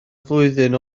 flwyddyn